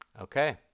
okay